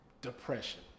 depression